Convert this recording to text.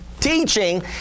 teaching